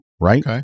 right